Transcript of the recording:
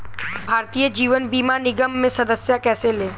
भारतीय जीवन बीमा निगम में सदस्यता कैसे लें?